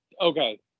okay